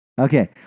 Okay